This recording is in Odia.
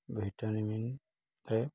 ଭିଟାମିନ୍ ଥାଏ